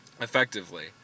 effectively